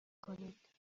کنید